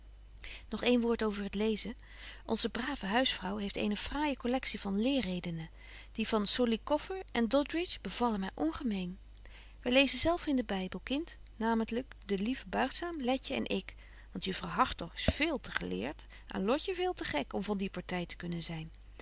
nog een woord over het lezen onze brave huisvrouw heeft eene fraaije collectie van leerredenen die van solicoffer en doddridge bevallen my ongemeen wy lezen zelf in den bybel kind namentlyk de lieve buigzaam letje en ik want juffrouw hartog is veel te geleert en lotje veel te gek om van die party te kunnen zyn